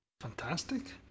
Fantastic